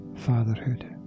fatherhood